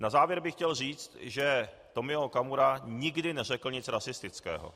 Na závěr bych chtěl říci, že Tomio Okamura nikdy neřekl nic rasistického.